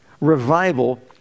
revival